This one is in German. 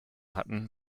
hatten